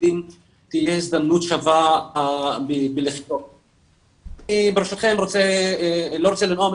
-- תהיה הזדמנות שווה ב- -- ברשותכם אני לא רוצה לנאום,